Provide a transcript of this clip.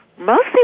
mostly